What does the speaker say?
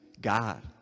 God